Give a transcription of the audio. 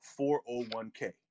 401k